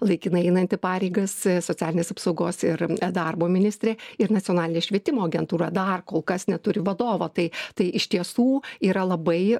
laikinai einanti pareigas socialinės apsaugos ir darbo ministrė ir nacionalinė švietimo agentūra dar kol kas neturi vadovo tai tai iš tiesų yra labai